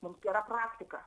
mums gera praktika